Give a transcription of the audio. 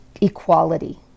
Equality